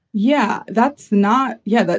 yeah, that's not yeah, but